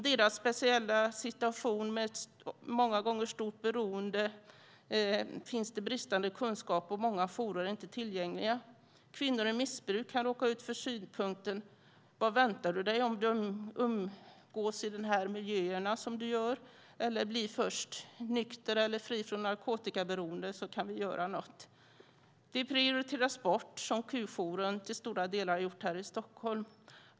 Deras speciella situation med ett många gånger stort beroende finns det bristande kunskap om. Många jourer är inte tillgängliga. Kvinnor med missbruk kan råka ut för synpunkten: Vad väntar du dig om du umgås i de miljöer som du gör? Bli först nykter eller fri från narkotikaberoende så kan vi göra något. De prioriteras bort, som Q-jouren till stora delar har gjort här i Stockholm.